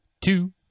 two